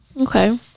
Okay